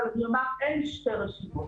אין שתי רשימות.